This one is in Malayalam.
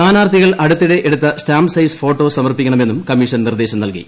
സ്ഥാനാർത്ഥികൾ അടുത്തിടെ എടുത്ത സ്റ്റാമ്പ് സൈസ് ഫോട്ടോ സമർപ്പിക്കണമെന്നുള്ളൂ കമ്മീഷൻ നിർദ്ദേശം നല്കി